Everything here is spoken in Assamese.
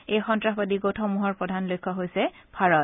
এই সন্নাসবাদী গোটসমূহৰ প্ৰধান লক্ষ্য হৈছে ভাৰত